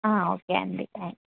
ఆ ఓకే అండి థ్యాంక్స్